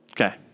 Okay